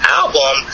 album